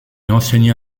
enseigna